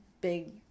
big